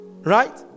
Right